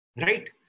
Right